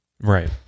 Right